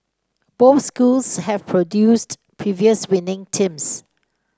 both schools have produced previous winning teams